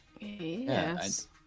yes